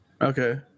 Okay